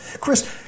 Chris